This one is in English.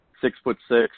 Six-foot-six